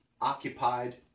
occupied